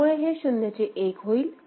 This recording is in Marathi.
त्यामुळे हे 0 चे 1 होईल